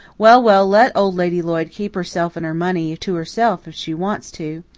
well, well, let old lady lloyd keep herself and her money to herself if she wants to.